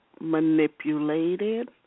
manipulated